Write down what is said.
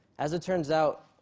as it turns out,